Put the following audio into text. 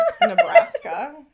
Nebraska